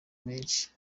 benshi